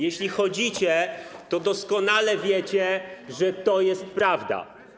Jeśli chodzicie, to doskonale wiecie, że to jest prawda.